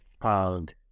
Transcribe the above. found